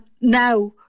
now